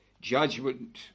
judgment